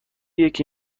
یکی